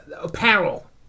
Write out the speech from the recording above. apparel